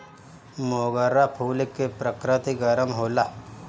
मोगरा फूल के प्रकृति गरम होला